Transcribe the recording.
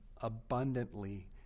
abundantly